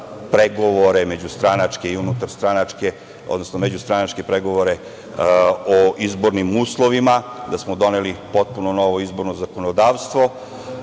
pregovore međustranačke i unutar stranačke, odnosno međustranačke pregovore o izbornim uslovima, da smo doneli potpuno novo izborno zakonodavstvo.